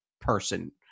person